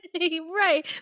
Right